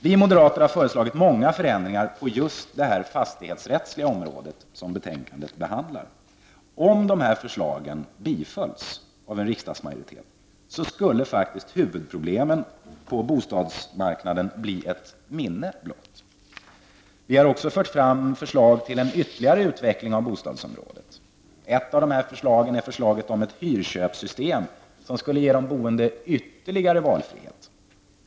Vi moderater har föreslagit många förändringar på just det fastighetsrättsliga området, som betänkandet behandlar. Om de förslagen bifölls av en riksdagsmajoritet, skulle faktiskt huvudproblemen på bostadsmarknaden bli ett minne blott. Vi har också fört fram förslag till ytterligare utveckling av bostadsområdet. Ett av förslagen är förslaget om ett hyrköpssystem, som skulle ge de boende ytterligare valfrihet.